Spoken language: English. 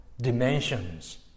dimensions